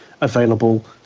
available